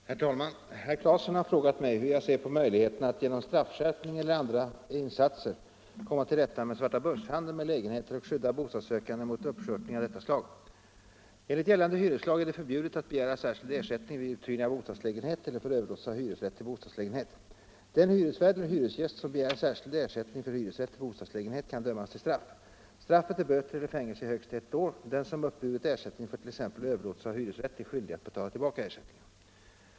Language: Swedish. Herr talman! Herr Claeson har frågat mig hur jag ser på möjligheterna att genom straffskärpning eller andra insatser komma till rätta med svartabörshandeln med lägenheter och skydda bostadssökande mot uppskörtning av detta slag. Enligt gällande hyreslag är det förbjudet att begära särskild ersättning för uthyrning av bostadslägenhet eller för överlåtelse av hyresrätt till bostadslägenhet. Den hyresvärd eller hyresgäst som begär särskild ersättning för hyresrätt till bostadslägenhet kan dömas till straff. Straffet är böter eller fängelse i högst ett år. Den som uppburit ersättning för t.ex. överlåtelse av hyresrätt är skyldig att betala tillbaka ersättningen.